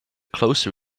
closely